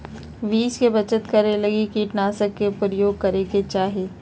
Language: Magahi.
बीज के बचत करै लगी कीटनाशक के प्रयोग करै के चाही